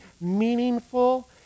meaningful